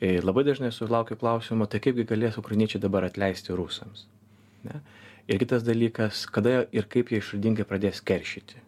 ir labai dažnai sulaukiu klausimo tai kaipgi galės ukrainiečiai dabar atleisti rusams ane ir kitas dalykas kada ir kaip jie išradingai pradės keršyti